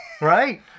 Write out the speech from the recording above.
right